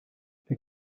les